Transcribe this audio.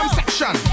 section